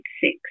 six